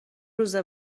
روز